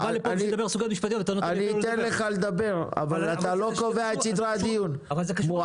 בא לפה כדי לדבר על סוגיות משפטיות -- מועלמי,